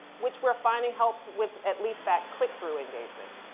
which we're finding helps with at least that click-through engagement.